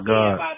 God